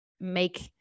make